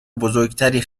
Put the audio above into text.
بزرگتری